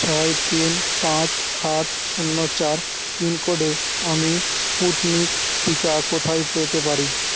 ছয় তিন পাঁচ আট শূন্য চার পিনকোডে আমি স্পুটনিক টিকা কোথায় পেতে পারি